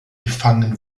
gefangen